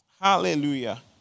Hallelujah